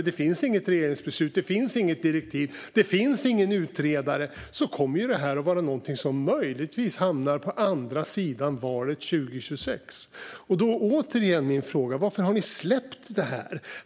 Det finns inget regeringsbeslut, det finns inget direktiv och det finns ingen utredare, så det här kommer att vara något som möjligtvis hamnar på andra sidan valet 2026. Återigen är min fråga varför ni har släppt det här.